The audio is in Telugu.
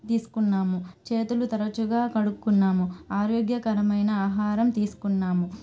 తీసుకున్నాము చేతులు తరచుగా కడుక్కున్నాము ఆరోగ్యకరమైన ఆహారం తీసుకున్నాము